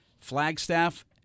Flagstaff